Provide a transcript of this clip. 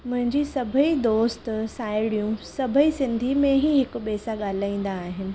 मुंहिंजी सभई दोस्त साहिड़ियूं सभई सिंधी में ई हिक ॿिए सां ॻाल्हाईंदा आहिनि